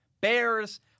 Bears